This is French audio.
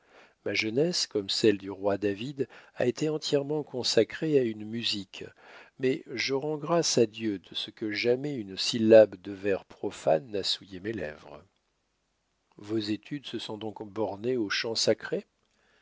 ma jeunesse comme celle du roi david a été entièrement consacrée à la musique mais je rends grâces à dieu de ce que jamais une syllabe de vers profanes n'a souillé mes lèvres vos études se sont donc bornées au chant sacré